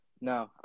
No